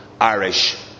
Irish